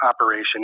operation